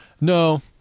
No